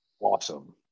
awesome